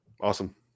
awesome